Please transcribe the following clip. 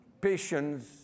Patience